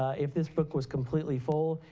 ah if this book was completely full,